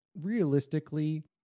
realistically